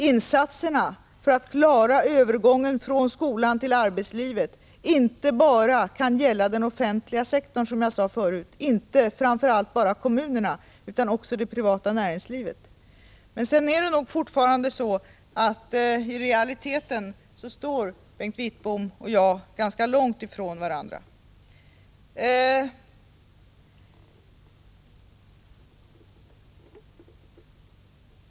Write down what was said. Insatserna för att klara övergången från skolan till arbetslivet kan inte, som jag sade förut, bara gälla den offentliga sektorn — framför allt inte bara kommunerna — utan också det privata näringslivet. Det är nog fortfarande så att i realiteten står Bengt Wittbom och jag ganska långt ifrån varandra.